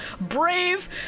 brave